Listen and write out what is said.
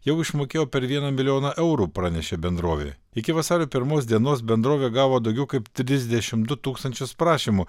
jau išmokėjo per vieną milijoną eurų pranešė bendrovė iki vasario pirmos dienos bendrovė gavo daugiau kaip trisdešimt du tūkstančius prašymų